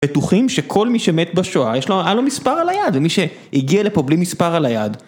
בטוחים שכל מי שמת בשואה, יש לו, היה לו מספר על היד ומי שהגיע לפה בלי מספר על היד